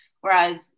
Whereas